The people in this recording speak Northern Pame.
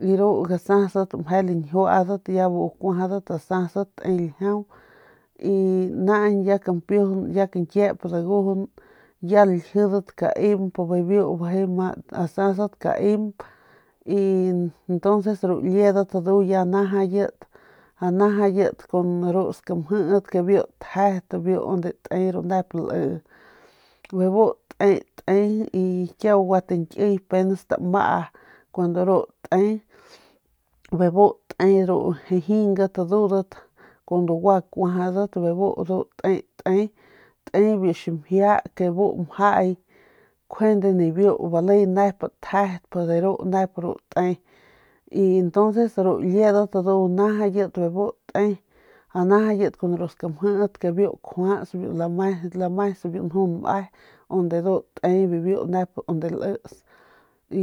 Y ru gasat ndu ya meje lañjiuadat bu kuajadat asast te ljiau y y ya naañ ya kampiujun ya kañkiep dagujun ya laljidat kaemp bibiu bijiy ma sasat y kun ru jingat kun gua kuajadat ndu bebu te te biu ximjia ke bu mjay nibiu bale nep tjedp de ru nep ru te biu skamjit ke biu kjuats biu lames nju nme biu unde ndu te